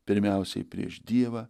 pirmiausiai prieš dievą